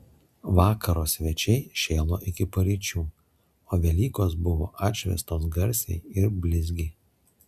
vakaro svečiai šėlo iki paryčių o velykos buvo atšvęstos garsiai ir blizgiai